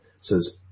says